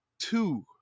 two